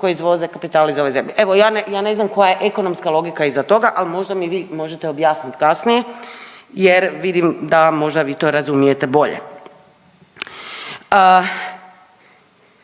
koji izvoze kapital iz ove zemlje. Evo ja ne znam koja je ekonomska logika iza toga, ali možda mi vi možete objasnit kasnije jer vidim da vi to možda razumijete bolje.